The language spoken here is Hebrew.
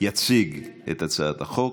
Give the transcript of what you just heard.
יציג את הצעת החוק,